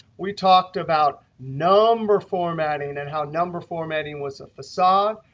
we talked about number formatting and how number formatting was a facade.